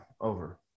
over